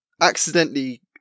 accidentally